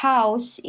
House